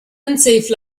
unsafe